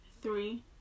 three